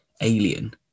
alien